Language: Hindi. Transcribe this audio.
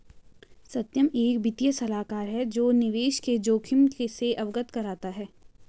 सत्यम एक वित्तीय सलाहकार है जो निवेश के जोखिम से अवगत कराता है